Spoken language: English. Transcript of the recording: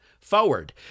Forward